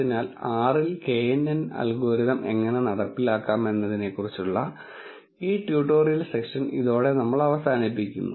അതിനാൽ R ൽ knn algorithm എങ്ങനെ നടപ്പിലാക്കാം എന്നതിനെക്കുറിച്ചുള്ള ഈ ട്യൂട്ടോറിയൽ സെഷൻ ഇതോടെ നമ്മൾ അവസാനിപ്പിക്കുന്നു